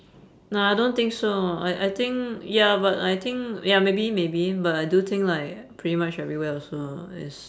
no I don't think so I I think ya but I think ya maybe maybe but I do think like pretty much everywhere also is